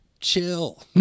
chill